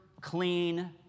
clean